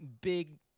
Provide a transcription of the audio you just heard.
big